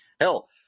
Hell